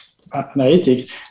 analytics